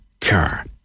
car